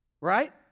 right